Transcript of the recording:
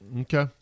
Okay